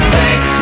take